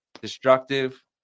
destructive